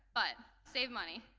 but, save money.